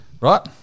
right